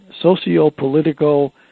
socio-political